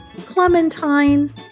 Clementine